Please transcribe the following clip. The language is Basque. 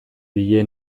die